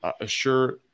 assure